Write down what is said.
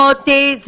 מוטי,